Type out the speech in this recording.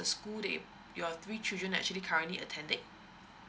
school that your three children are actually currently attending